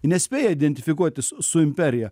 nespėja identifikuotis su imperija